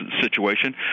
situation